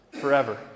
forever